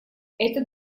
этот